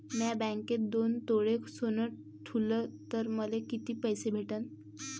म्या बँकेत दोन तोळे सोनं ठुलं तर मले किती पैसे भेटन